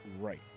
right